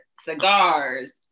Cigars